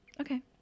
Okay